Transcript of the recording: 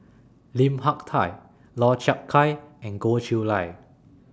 Lim Hak Tai Lau Chiap Khai and Goh Chiew Lye